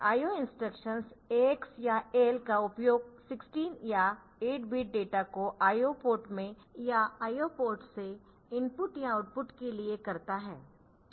IO instructions AX या AL का उपयोग 16 या 8 बिट डेटा को IO पोर्ट में या IO पोर्ट से इनपुट या आउटपुट के लिए करता है